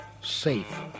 safe